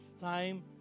time